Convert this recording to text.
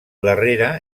darrere